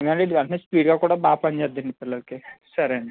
ఎందుకంటే ఇది వెంటనే స్పీడ్గా కూడా బాగా పనిచేస్తుందండి పిల్లలకి సరే అండి